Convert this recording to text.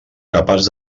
capaç